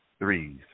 Threes